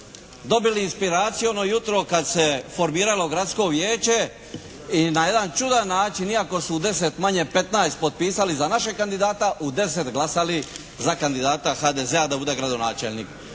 dobili inspiraciju ono jutro kad se formiralo gradsko vijeće i na jedan čudan način iako su u 10 manje 15 potpisali za našeg kandidata, u 10 glasali za kandidata HDZ-a da bude gradonačelnik.